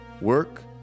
work